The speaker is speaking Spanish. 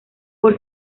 por